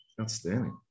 outstanding